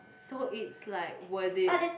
so it's like worth it